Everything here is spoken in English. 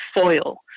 foil